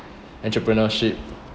entrepreneurship